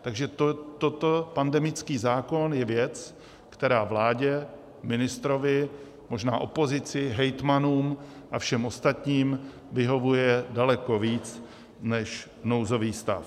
Takže toto, pandemický zákon, je věc, která vládě, ministrovi, možná opozici, hejtmanům a všem ostatním vyhovuje daleko víc než nouzový stav.